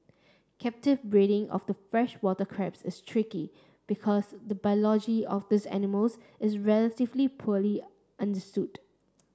captive breeding of the freshwater crabs is tricky because the biology of these animals is relatively poorly understood